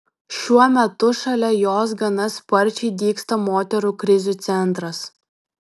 šiuo metu šalia jos gana sparčiai dygsta moterų krizių centras